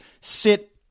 sit